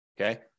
Okay